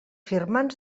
firmants